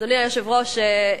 אדוני היושב-ראש,